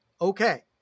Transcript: okay